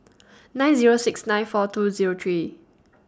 nine Zero six nine four two Zero three